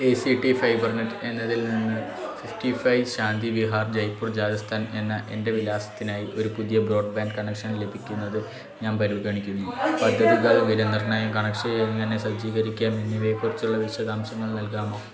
A C T Fibernet എന്നതിൽനിന്ന് fifty five Shanti Vihar Jaipur Rajasthan എന്ന എൻ്റെ വിലാസത്തിനായി ഒരു പുതിയ ബ്രോഡ്ബാൻഡ് കണക്ഷൻ ലഭിക്കുന്നത് ഞാൻ പരിഗണിക്കുന്നു പദ്ധതികൾ വിലനിർണ്ണയം കണക്ഷൻ എങ്ങനെ സജ്ജീകരിക്കാം എന്നിവയെക്കുറിച്ചുള്ള വിശദാംശങ്ങൾ നൽകാമോ